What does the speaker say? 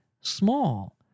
small